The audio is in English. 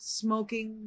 smoking